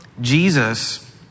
Jesus